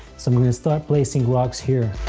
so i'm gonna start placing rocks here.